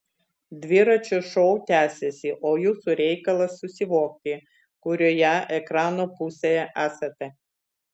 dviračio šou tęsiasi o jūsų reikalas susivokti kurioje ekrano pusėje esate